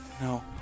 No